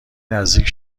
نزدیک